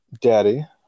daddy